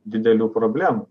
didelių problemų